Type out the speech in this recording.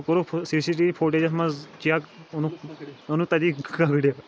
سُہ کوٚرُکھ C C T V فوٹیجَس منٛز چَک اوٚنُکھ اوٚنُکھ تَتی کھَڑِتھ